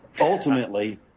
ultimately